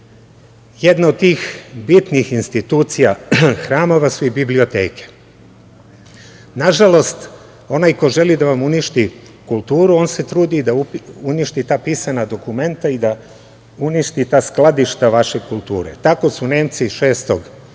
jedna od tih bitnih institucija hramova su i biblioteke. Nažalost, onaj ko želi da vam uništi kulturu, on se trudi da uništi ta pisana dokumenta i da uništi ta skladišta vaše kulture. Tako su Nemci 6. aprila